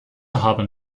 haben